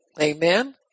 Amen